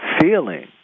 feeling